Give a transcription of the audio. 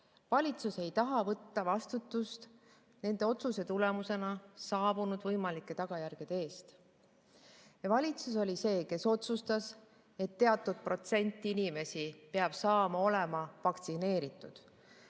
Valitsus ei taha vastutada enda otsuse tõttu saabunud võimalike tagajärgede eest. Valitsus oli see, kes otsustas, et teatud protsent inimesi peab saama vaktsineeritud.